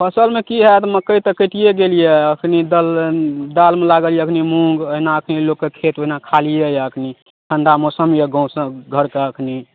फसिलमे कि हैत मकइ तऽ कटिए गेल यऽ एखन दल दालिमे लागल यऽ एखन मूँग एहिना लोकके खेत ओहिना खालिए यऽ एखन ठण्डा मौसम यऽ गामसब घरके एखन